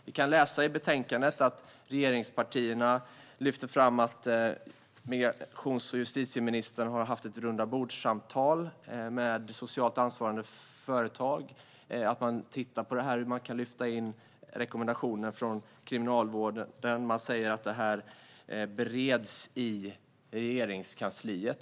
Vi kan i betänkandet läsa att regeringspartierna lyfter fram att migrations och justitieministern har haft ett rundabordssamtal med socialt ansvariga företag. Man tittar på hur man kan lyfta in rekommendationer från Kriminalvården och säger att det bereds i Regeringskansliet.